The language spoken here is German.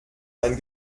ein